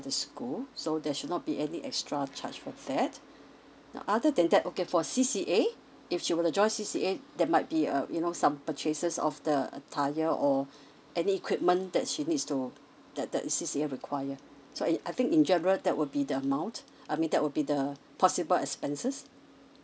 the school so there should not be any extra charge for that now other than that okay for C C A if she would to join C C A there might be uh you know some purchases of the attire or any equipment that she needs to that that C C A required so it I think in general that will be the amount I mean that would be the possible expenses